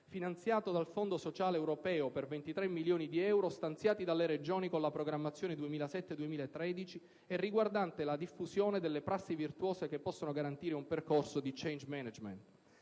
finanziato dal Fondo sociale europeo per 23 milioni di euro stanziati dalle Regioni con la programmazione 2007-2013 e riguardante la diffusione delle prassi virtuose che possono garantire un percorso di *change management*,